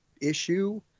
issue